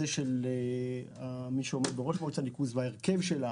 של מי שעומד בראש מועצת הניקוז וההרכב שלה